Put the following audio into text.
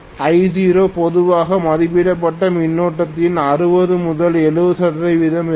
I0 பொதுவாக மதிப்பிடப்பட்ட மின்னோட்டத்தின் 60 முதல் 70 சதவிகிதம் இருக்கும்